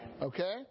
Okay